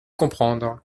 comprendre